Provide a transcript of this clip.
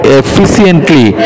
efficiently